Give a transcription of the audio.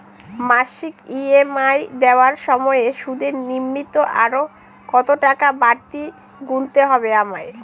মাসিক ই.এম.আই দেওয়ার সময়ে সুদের নিমিত্ত আরো কতটাকা বাড়তি গুণতে হবে আমায়?